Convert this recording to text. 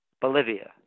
Bolivia